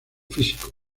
físico